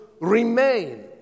remain